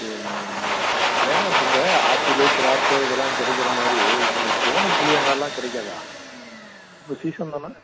சரிங்கண்ணா ரொம்ப என்னங்கண்ணா இப்போ இந்த ஆப்பிள் திராட்சை இதெல்லாம் கிடைக்கிற மாதிரி இப்போ இந்த கோண புளியங்காலாம் கிடைக்காதா இப்போ சீசன் தானே